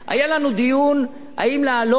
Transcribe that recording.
היה לנו דיון אם להעלות